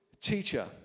teacher